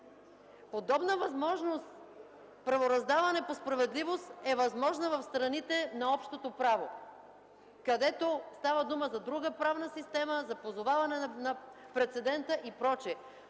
Подобна възможност – правораздаване по справедливост, е възможна в страните на общото право, където става дума за друга правна система, за позоваване на прецедента и прочее.